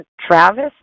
Travis